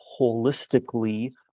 holistically